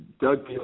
Doug